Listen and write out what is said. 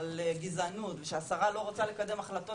על גזענות ושהשרה לא רוצה לקדם החלטות